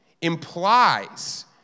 implies